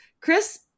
Chris